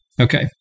Okay